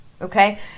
okay